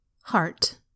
Heart